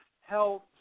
health